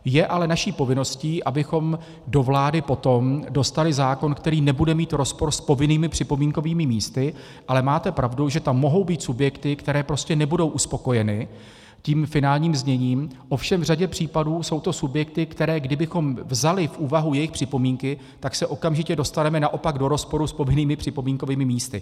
Je ale naší povinností, abychom do vlády potom dostali zákon, který nebude mít rozpor s povinnými připomínkovými místy, ale máte pravdu, že tam mohou být subjekty, které prostě nebudou uspokojeny tím finálním zněním, ovšem v řadě případů jsou to subjekty, které kdybychom vzali v úvahu jejich připomínky, tak se okamžitě dostaneme naopak do rozporu s povinnými připomínkovými místy.